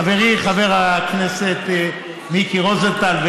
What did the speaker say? חברי חבר הכנסת מיקי רוזנטל,